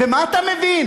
במה אתה מבין?